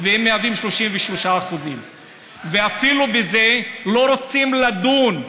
והם מהווים 33%. אפילו בזה לא רוצים לדון.